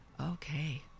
okay